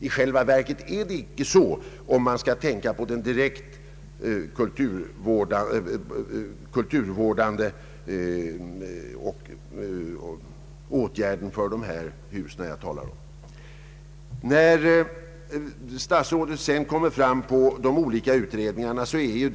I själva verket anslås det inte så mycket pengar för direkt kulturvårdande åtgärder till förmån för sådana byggnader som jag nu talar om. Statsrådet nämnde vidare de utred ningar som pågår.